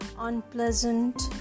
unpleasant